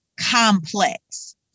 complex